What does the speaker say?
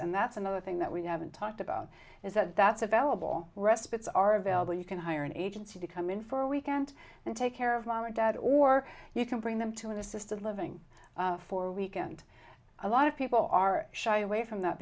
and that's another thing that we haven't talked about is that that's available respites are available you can hire an agency to come in for a weekend and take care of mom or dad or you can bring them to an assisted living for a weekend a lot of people are shy away from that